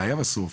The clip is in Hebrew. הבעיה בסוף